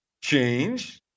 change